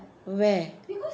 where